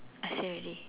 I say already